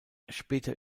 später